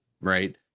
right